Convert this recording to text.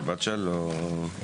שבת שלום.